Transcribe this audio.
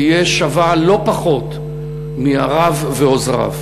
תהיה שווה לא פחות מהרב ועוזריו.